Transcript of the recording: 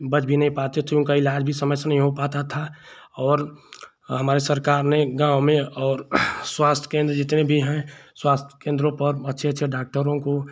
बच भी नहीं पाते थे उनका इलाज़ भी समय से नहीं हो पाता था और हमारी सरकार ने गाँव में और स्वास्थ्य केन्द्र जितने भी हैं स्वास्थ्य केन्द्रों पर अच्छे अच्छे डॉक्टरों को